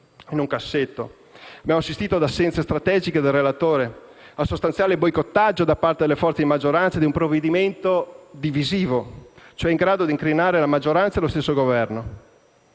in un cassetto, ad assenze strategiche del relatore, al sostanziale boicottaggio da parte delle forze di maggioranza di un provvedimento divisivo, cioè in grado di incrinare la maggioranza e lo stesso Governo.